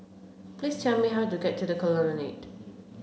please tell me how to get to The Colonnade